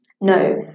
No